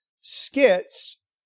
skits